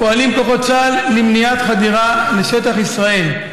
פועלים כוחות צה"ל למניעת חדירה לשטח ישראל.